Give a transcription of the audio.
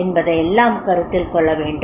என்பதையெல்லாம் கருத்தில் கொள்ளவேண்டும்